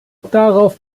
darauf